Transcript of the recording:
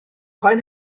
خواین